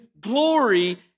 glory